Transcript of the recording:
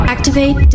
Activate